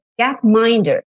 Gapminder